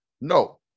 No